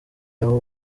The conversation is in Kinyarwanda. aho